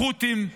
החות'ים,